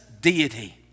deity